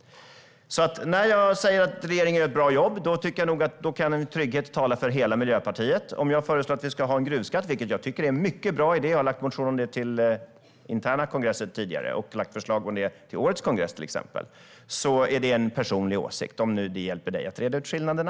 När jag säger att regeringen gör ett bra jobb tycker jag nog att jag i trygghet kan tala för hela Miljöpartiet. Jag kan föreslå att vi ska ha en gruvskatt, vilket jag tycker är en mycket bra idé. Jag har väckt motioner om detta till interna kongresser tidigare, och till årets kongress, till exempel, lade jag fram ett förslag. Då är det en personlig åsikt - om nu detta hjälper dig att reda ut skillnaderna.